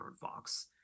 fox